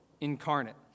incarnate